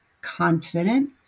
confident